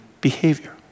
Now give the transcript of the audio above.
behavior